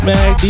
Mag